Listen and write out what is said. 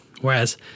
Whereas